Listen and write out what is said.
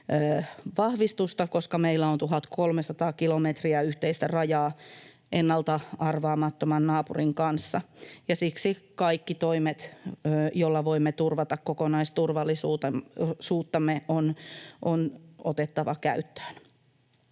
vahvistusta, koska meillä on 1 300 kilometriä yhteistä rajaa ennalta-arvaamattoman naapurin kanssa, ja siksi kaikki toimet, joilla voimme turvata kokonaisturvallisuuttamme, on otettava käyttöön.